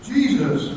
Jesus